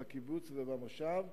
בקיבוץ ובמושב,